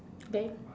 okay